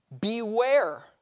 Beware